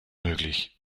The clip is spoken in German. möglich